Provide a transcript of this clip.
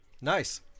Nice